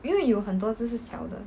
因为有很多只是小的